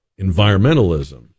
environmentalism